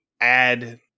add